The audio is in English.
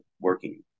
working